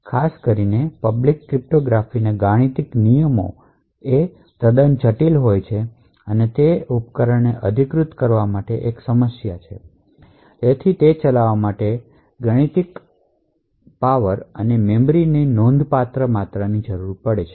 કેટલાક ખાસ કરીને પબ્લિક ક્રિપ્ટોગ્રાફિક ગાણિતીક નિયમો તદ્દન જટિલ છે અને તેથી આ ઉપકરણોને અધિકૃત કરવા માટે એક સમસ્યા છે તેથી ચલાવવા માટે ગણતરી શક્તિ અને મેમરી ની નોંધપાત્ર માત્રાની જરૂર પડશે